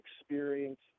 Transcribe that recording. experience